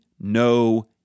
no